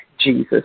Jesus